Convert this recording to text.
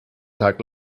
tag